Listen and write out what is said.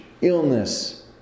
illness